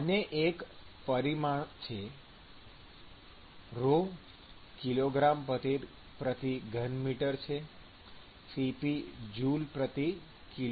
આને એક પરિમાણ છે ρ કિગ્રામી3 છે Cp જૂલકિલો